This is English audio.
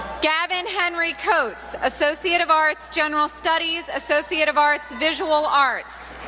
gavin henry coates, associate of arts, general studies, associate of arts, visual arts.